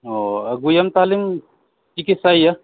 ᱚᱻ ᱟᱹᱜᱩᱭᱮᱢ ᱛᱟᱦᱚᱞᱮᱧ ᱪᱤᱠᱤᱪᱪᱷᱟᱭᱮᱭᱟ